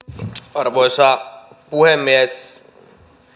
arvoisa puhemies